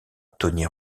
tony